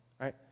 right